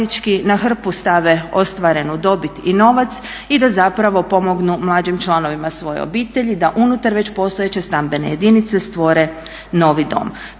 na hrpu stave ostvarenu dobit i novac i da zapravo pomognu mlađim članovima svoje obitelji, da unutar već postojeće stambene jedinice stvore novi